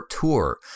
Tour